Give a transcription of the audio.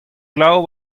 glav